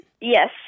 Yes